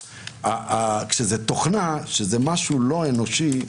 כשזה תוכנה, משהו לא אנושי,